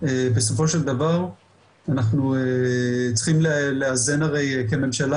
שבסופו של דבר אנחנו צריכים לאזן הרי כממשלה